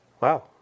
Wow